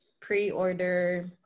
pre-order